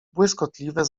błyskotliwe